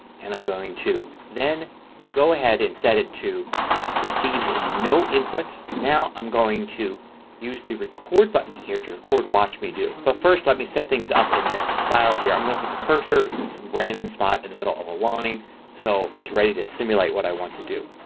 and i'm going to then go ahead and set it to receives no input. now i'm going to use the record button here to record watch me do. but first let me set things up in this file here. i'm going to put the cursor in some random spot in the middle of a line so it's ready to simulate what i want to do.